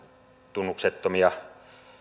tunnuksettomia